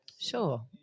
sure